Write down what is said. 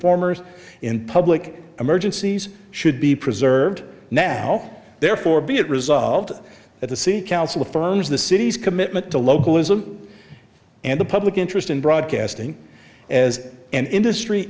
informers in public emergencies should be preserved now therefore be it resolved that the city council affirms the city's commitment to localism and the public interest in broadcasting as an industry